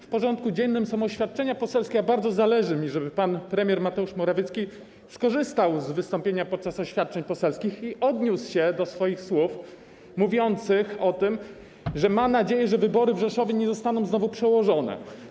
W porządku dziennym są oświadczenia poselskie, a bardzo mi zależy, żeby pan premier Mateusz Morawiecki skorzystał z możliwości wystąpienia podczas oświadczeń poselskich i odniósł się do swoich słów o tym, że ma nadzieję, że wybory w Rzeszowie nie zostaną znowu przełożone.